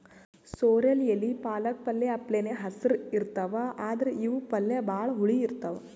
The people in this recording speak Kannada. ಸೊರ್ರೆಲ್ ಎಲಿ ಪಾಲಕ್ ಪಲ್ಯ ಅಪ್ಲೆನೇ ಹಸ್ರ್ ಇರ್ತವ್ ಆದ್ರ್ ಇವ್ ಪಲ್ಯ ಭಾಳ್ ಹುಳಿ ಇರ್ತವ್